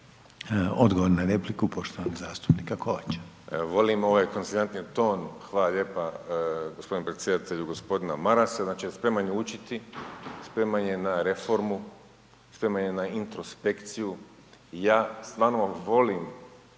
Odgovor na repliku poštovanog zastupnika Kovača.